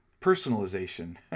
personalization